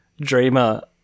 dreamer